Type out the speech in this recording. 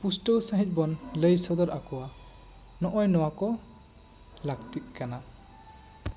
ᱯᱩᱥᱴᱟᱹᱣ ᱥᱟᱺᱦᱤᱡ ᱵᱚᱱ ᱞᱟᱹᱭ ᱥᱚᱫᱚᱨ ᱟᱠᱚᱣᱟ ᱱᱚᱜᱼᱚᱭ ᱱᱚᱣᱟ ᱠᱚ ᱞᱟᱹᱠᱛᱤᱠ ᱠᱟᱱᱟ